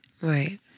Right